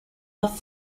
off